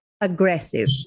aggressive